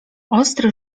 ostry